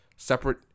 Separate